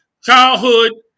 childhood